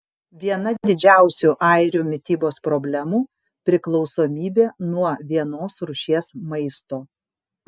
viena didžiausių airių mitybos problemų priklausomybė nuo vienos rūšies maisto